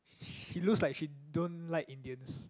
she looks like she don't like Indians